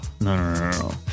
No